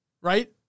Right